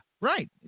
right